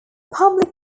public